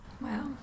Wow